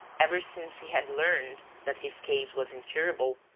ever since he had learned that his case was incurable,